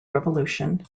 revolution